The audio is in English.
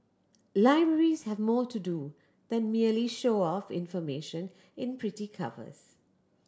libraries have more to do than merely show off information in pretty covers